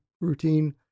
routine